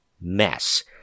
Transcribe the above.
mess